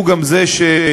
הוא גם זה שיגבר,